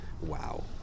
wow